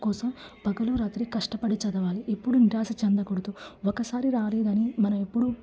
కోసం పగలు రాత్రి కష్టపడి చదవాలి ఎప్పుడు నిరాశ చెందకూడదు ఒకసారి రాలేదని మనం ఎప్పుడు